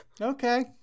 Okay